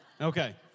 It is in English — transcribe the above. Okay